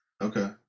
Okay